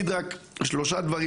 יש לי שלושה דברים